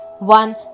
One